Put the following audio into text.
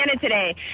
today